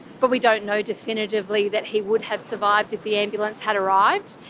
but we don't know definitively that he would have survived if the ambulance had arrived.